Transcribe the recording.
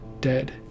dead